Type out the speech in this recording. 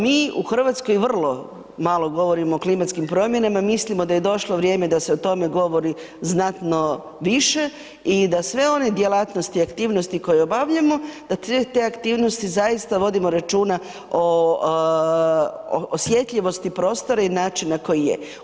Mi u Hrvatskoj vrlo malo govorimo o klimatskim promjenama, mislimo da je došlo vrijeme da se o tome govori znatno više i da sve one djelatnosti i aktivnosti koje obavljamo, da te aktivnosti zaista vodimo računa o osjetljivosti prostora i načina koji je.